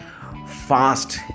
Fast